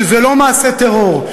שזה לא מעשה טרור,